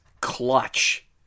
clutch